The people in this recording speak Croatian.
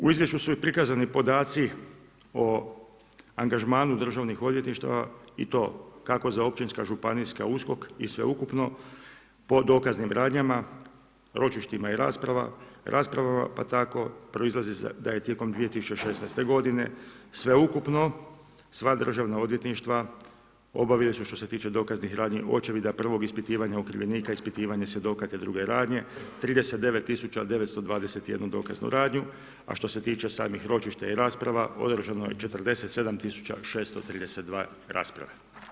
U izvješću su i prikazani podaci o angažmanu državnih odvjetništava i to kako za općinska, županijska USKOK i sveukupno po dokaznim radnjama, ročištima i raspravama pa tako proizlazi da je tijekom 2016. godine sveukupno, sva državna odvjetništva, obavili su što se tiče dokaznih radnji i očevida prvog ispitivanja okrivljenika, ispitivanja svjedoka te druge radnje 39 921 dokaznu radnju, a što se tiče samih ročišta i rasprava održano je 47 632 rasprave.